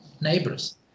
neighbors